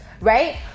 right